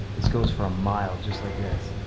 this goes for a mile just like this.